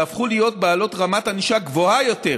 יהפכו להיות בעלות רמת ענישה גבוהה יותר,